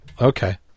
Okay